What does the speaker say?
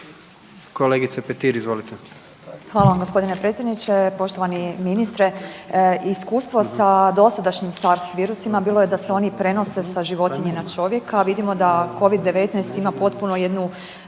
Marijana (Nezavisni)** Hvala vam g. predsjedniče. Poštovani ministre. Iskustvo sa dosadašnjim SARS virusima bilo je da se ni prenose sa životinje na čovjeka, a vidimo da covid-19 ima potpuno jednu